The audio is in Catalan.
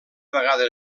vegada